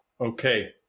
Okay